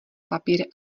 papír